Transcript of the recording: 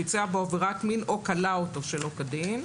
ביצע בו עבירת מין או כלא אותו שלא כדין.